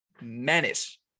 menace